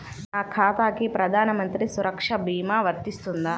నా ఖాతాకి ప్రధాన మంత్రి సురక్ష భీమా వర్తిస్తుందా?